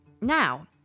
Now